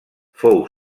fou